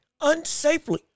unsafely